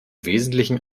wesentlichen